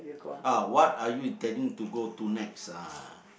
ah what are you intending to go to next ah